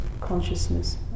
consciousness